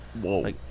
Whoa